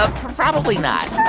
ah probably not